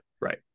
Right